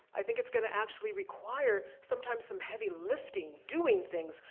i think it's gonna actually require, sometimes, some heavy lifting, doing things,